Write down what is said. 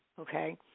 okay